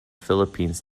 philippines